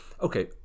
Okay